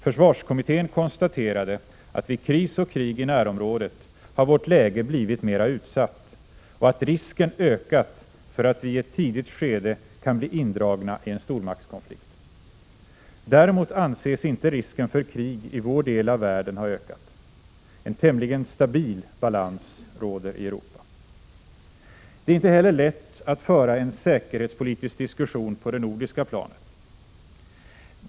Försvarskommittén konstaterade att vid kris och krig i närområdet har vårt läge blivit mera utsatt och att risken ökat för att vi i ett tidigt skede kan bli indragna i en stormaktskonflikt. Däremot anses inte risken för krig i vår del av världen ha ökat. En tämligen stabil balans råder i Europa. Det är inte helt lätt att föra en säkerhetspolitisk diskussion på det nordiska planet.